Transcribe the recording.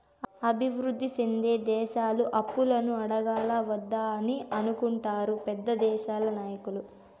అభివృద్ధి సెందే దేశాలు అప్పులను అడగాలా వద్దా అని అనుకుంటారు పెద్ద దేశాల నాయకులు